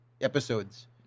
episodes